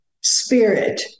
spirit